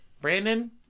Brandon